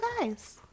guys